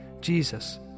Jesus